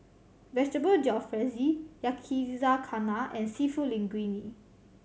Vegetable Jalfrezi Yakizakana and Seafood Linguine